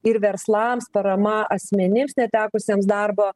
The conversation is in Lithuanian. ir verslams parama asmenims netekusiems darbo